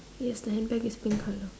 yes the handbag is pink colour